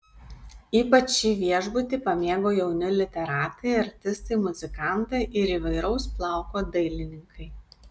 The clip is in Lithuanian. ypač šį viešbutį pamėgo jauni literatai artistai muzikantai ir įvairaus plauko dailininkai